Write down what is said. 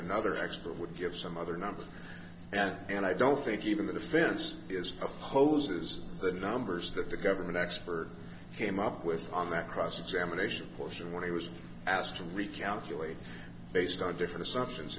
another expert would give some other number at and i don't think even the defense is opposes the numbers that the government expert came up with on that cross examination question when he was asked to recalculate based on different assumptions